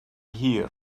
hir